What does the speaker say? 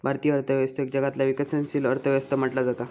भारतीय अर्थव्यवस्थेक जगातला विकसनशील अर्थ व्यवस्था म्हटला जाता